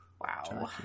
Wow